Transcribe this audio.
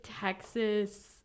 Texas